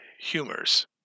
humors